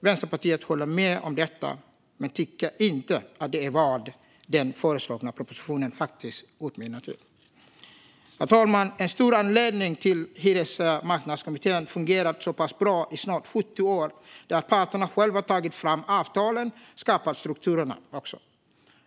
Vänsterpartiet håller med om detta men tycker inte att det är vad den föreslagna propositionen faktiskt utmynnar i. Herr talman! En stor anledning till att Hyresmarknadskommittén har fungerat så pass bra i snart 70 år är att parterna själva tagit fram avtalen och skapat strukturerna.